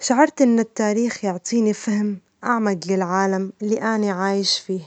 ،شعرت أن التاريخ يعطيني فهم اعمج للعالم اللي أنا عايش فيه.